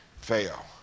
fail